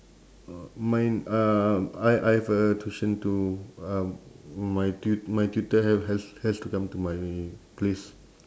mine uh I I have a tuition too uh my tu~ my tutor ha~ has has to come to my place